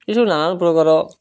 ଏସବୁ ନା ନା ପ୍ରକାର